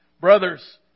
Brothers